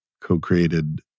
co-created